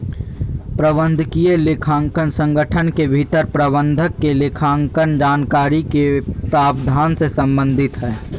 प्रबंधकीय लेखांकन संगठन के भीतर प्रबंधक के लेखांकन जानकारी के प्रावधान से संबंधित हइ